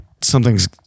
Something's